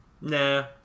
Nah